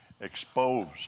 exposed